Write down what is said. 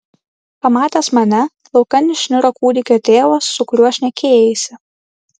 pamatęs mane laukan išniro kūdikio tėvas su kuriuo šnekėjaisi